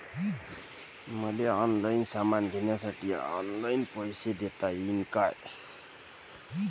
मले ऑनलाईन सामान घ्यासाठी ऑनलाईन पैसे देता येईन का?